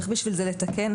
צריך בשביל זה לתקן,